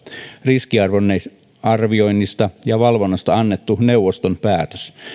riskiarvioinnista ja valvonnasta annettu neuvoston päätös